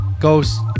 ghost